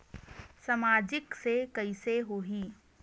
सामाजिक से कइसे होही?